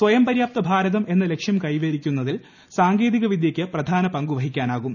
സ്വയംപര്യാപ്ത ഭാരതം എന്ന ലക്ഷ്യം കൈവരിക്കുന്നതിൽ സാങ്കേതികവിദ്യയ്ക്ക് പ്രധാന പങ്കുവഹിക്കാനാകും